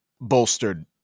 bolstered